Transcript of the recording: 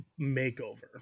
makeover